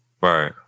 Right